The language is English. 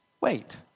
Wait